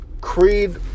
Creed